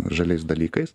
žaliais dalykais